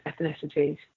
ethnicities